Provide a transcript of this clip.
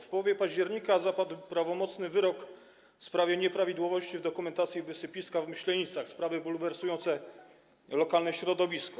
W połowie października zapadł prawomocny wyrok w sprawie nieprawidłowości w dokumentacji wysypiska w Myślenicach, sprawie bulwersującej lokalne środowisko.